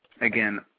again